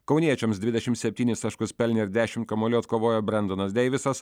kauniečiams dvidešim septynis taškus pelnė ir dešim kamuolių atkovojo brendonas deivisas